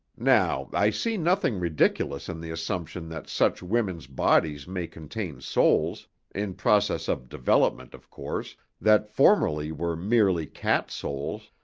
now, i see nothing ridiculous in the assumption that such women's bodies may contain souls in process of development, of course that formerly were merely cat souls,